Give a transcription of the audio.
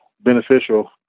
beneficial